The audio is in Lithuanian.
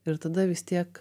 ir tada vis tiek